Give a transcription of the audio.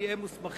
כי הם מוסמכים